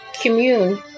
Commune